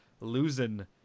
losing